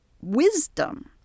wisdom